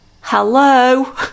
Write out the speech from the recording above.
Hello